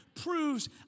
proves